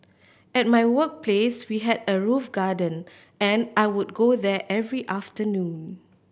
at my workplace we had a roof garden and I would go there every afternoon